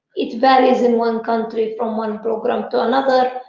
it varies in one country from one programme to another,